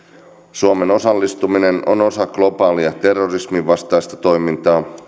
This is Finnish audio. suomen osallistuminen on osa globaalia terrorisminvastaista toimintaa